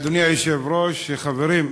אדוני היושב-ראש, חברים,